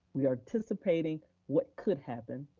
we are anticipating what could happen,